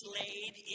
laid